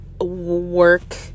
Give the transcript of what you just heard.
work